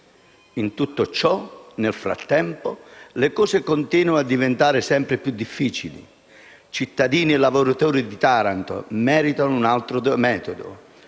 In tutto ciò, nel frattempo, le cose continuano a diventare sempre più difficili. Cittadini e lavoratori di Taranto meritano un altro metodo;